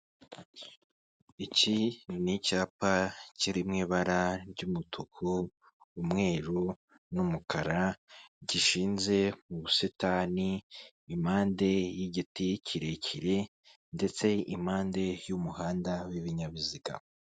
Iki ni icyapa kiri mu ibara ry'umutuku, umweru n'umukara, gishinze mu busitani impande y'igiti kirekire, ndetse impande y'umuhanda w'ibinyabiziga.